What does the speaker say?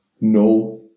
No